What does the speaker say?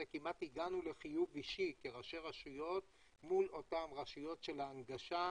כמעט הגענו לחיוב אישי כראשי רשויות מול אותן רשויות של ההנגשה,